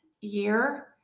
year